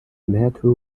medal